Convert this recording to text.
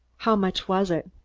how much was it?